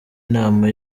inama